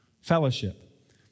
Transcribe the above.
Fellowship